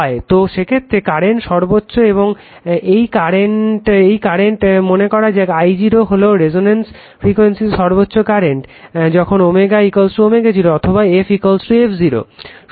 তো সেক্ষেত্রে কারেন্ট সর্বোচ্চ এবং এই কারেন্ট মনে করা যাক I 0 হলো রেসনেন্স ফ্রিকুয়েন্সিতে সর্বোচ্চ কারেন্ট যখন ω ω0 অথবা f f 0